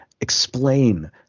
explain